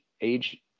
age